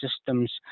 systems